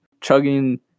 chugging